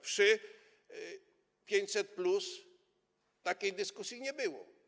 Przy 500+ takiej dyskusji nie było.